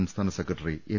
സംസ്ഥാന secretary M